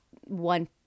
one